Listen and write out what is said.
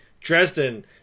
Dresden